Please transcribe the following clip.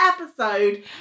episode